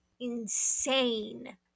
insane